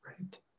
right